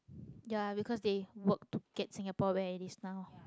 ya because they worked to get singapore where it is now